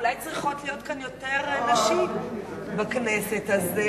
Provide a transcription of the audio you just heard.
כאן יותר נשים בכנסת, אז,